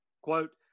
Quote